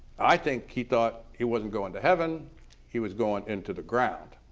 i think he thought he wasn't going to heaven he was going into the ground.